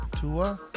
Tua